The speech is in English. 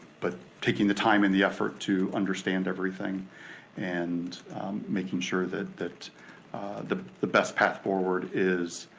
but taking the time and the effort to understand everything and making sure that that the the best path forward is